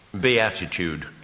Beatitude